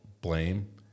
blame